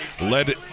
led